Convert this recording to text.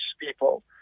people